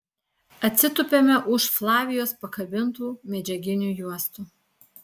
atsitupiame už flavijos pakabintų medžiaginių juostų